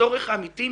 הצורך אמיתי,